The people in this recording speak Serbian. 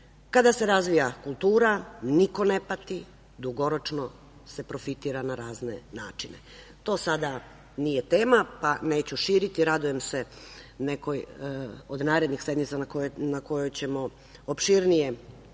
Kada se razvija kultura niko ne pati, dugoročno se profitira na razne načine. To sada nije tema, pa neću širiti. Radujem se nekoj od narednih sednica na kojoj ćemo opširnije